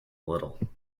little